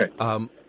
Okay